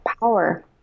power